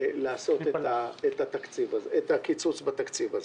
לעשות את הקיצוץ הזה בתקציב.